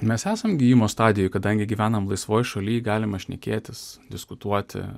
mes esam gijimo stadijoj kadangi gyvenam laisvoj šaly galima šnekėtis diskutuoti